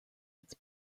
its